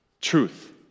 Truth